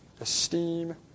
Esteem